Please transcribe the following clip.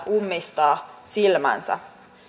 ummistaa silmänsä